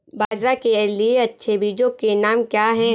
बाजरा के लिए अच्छे बीजों के नाम क्या हैं?